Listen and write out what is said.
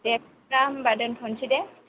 दे बिदिब्ला होमबा दोनथ'नोसै दे